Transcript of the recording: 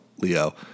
Leo